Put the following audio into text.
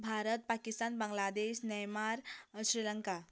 Bharat Pakistan Bangladesh Myanmar Sri Lanka